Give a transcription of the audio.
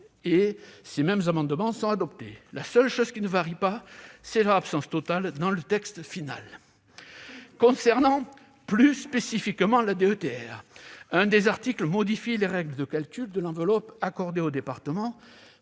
et ces mêmes amendements sont adoptés. La seule chose qui ne varie pas, c'est leur absence totale dans le texte final ! Concernant plus spécifiquement la DETR, un article modifie les règles de calcul de l'enveloppe accordée aux départements,